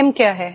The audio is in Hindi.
एम क्या है